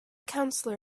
counselor